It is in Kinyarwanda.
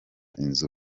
inzu